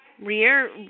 rear